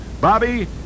Bobby